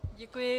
Děkuji.